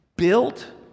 built